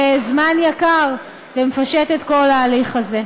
זמן יקר ומפשט את כל ההליך הזה.